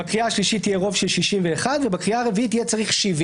בקריאה השלישית יהיה רוב של 61 ובקריאה הרביעית יהיה צריך 70